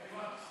איוא.